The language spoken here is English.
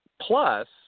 plus